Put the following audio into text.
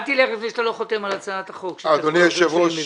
אל תלך לפני שאתה לא חותם על הצעת החוק שאני מביא.